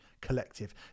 collective